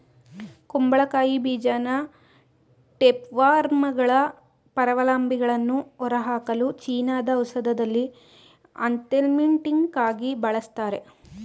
ಕುಂಬಳಕಾಯಿ ಬೀಜನ ಟೇಪ್ವರ್ಮ್ಗಳ ಪರಾವಲಂಬಿಗಳನ್ನು ಹೊರಹಾಕಲು ಚೀನಾದ ಔಷಧದಲ್ಲಿ ಆಂಥೆಲ್ಮಿಂಟಿಕಾಗಿ ಬಳಸ್ತಾರೆ